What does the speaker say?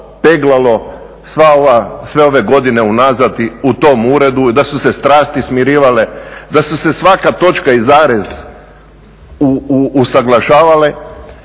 peglalo sve ove godine unazad u tom uredu, da su se strasti smirivale, da su se svaka točka i zarez usaglašavale